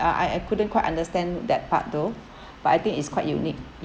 uh I I couldn't quite understand that part though but I think it's quite unique